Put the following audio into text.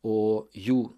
o jų